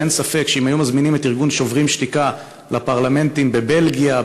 שאין ספק שאם היו מזמינים את ארגון "שוברים שתיקה" לפרלמנט בבלגיה,